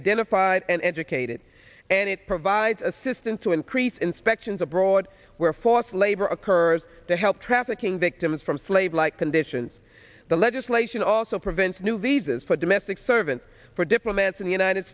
identified and educated and it provides assistance to increase inspections abroad where forced labor occurs to help trafficking victims from slave like conditions the legislation also prevents new visas for domestic servants for diplomats in the united